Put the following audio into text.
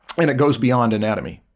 mean it goes beyond anatomy.